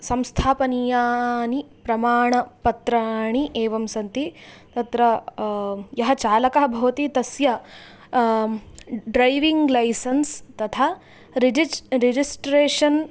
संस्थापनीयानि प्रमाणपत्राणि एवं सन्ति तत्र यः चालकः भवति तस्य ड्रैविङ्ग् लैसेन्स् तथा रिजि रिजिस्ट्रेशन्